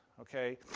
Okay